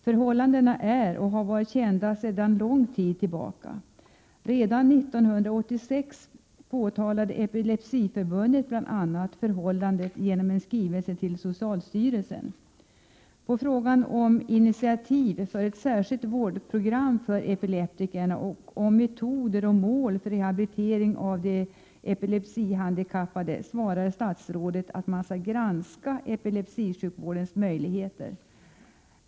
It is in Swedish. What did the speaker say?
Förhållandena är och har varit kända sedan lång tid tillbaka. Redan 1986 påtalade Epilepsiförbundet förhållandet genom en skrivelse till socialstyrelsen. På frågan om statsrådet ämnar ta några initiativ när det gäller ett särskilt vårdprogram för epileptikerna och när det gäller metoder och mål för rehabilitering av de epilepsihandikappade svarade statsrådet att man skall granska epilepsisjukvårdens möjligheter.